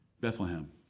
Bethlehem